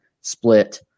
split